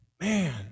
man